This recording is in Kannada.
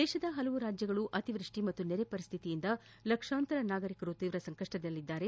ದೇಶದ ಹಲವು ರಾಜ್ಯಗಳಲ್ಲಿ ಅತಿವೃಷ್ಟಿ ಮತ್ತು ನೆರೆ ಪರಿಸ್ಥಿತಿಯಿಂದ ಲಕ್ಷಾಂತರ ನಾಗರಿಕರು ತೀವ್ರ ಸಂಕಷ್ಷದಲ್ಲಿದ್ದಾರೆ